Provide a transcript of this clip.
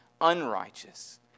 unrighteous